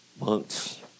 months